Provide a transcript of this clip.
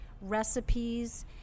recipes